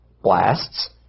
blasts